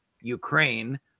Ukraine